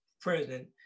president